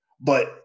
But-